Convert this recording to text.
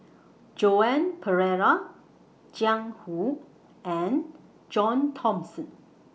Joan Pereira Jiang Hu and John Thomson